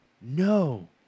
no